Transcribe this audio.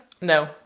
no